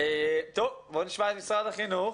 בואו נשמע את משרד החינוך.